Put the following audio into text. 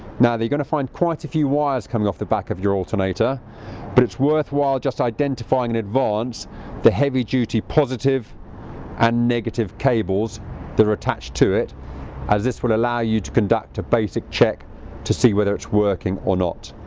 now you're going to find quite a few wires coming off the back of your alternator but it's worthwhile just identifying in advance the heavy-duty positive and negative cables that are attached to it as this will allow you to conduct a basic check to see whether it's working or not.